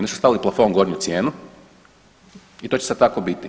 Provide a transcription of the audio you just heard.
Oni su stavili plafon gornju cijenu i to će sad tako biti.